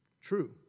True